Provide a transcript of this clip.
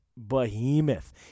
behemoth